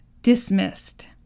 dismissed